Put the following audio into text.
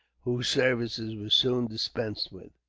whose services were soon dispensed with.